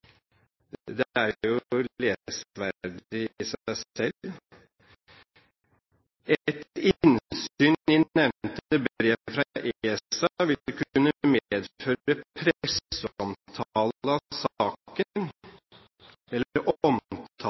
er jo lesverdig i seg selv: «Et innsyn i nevnte brev fra ESA ville kunne medføre presseomtale av saken eller